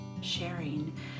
Sharing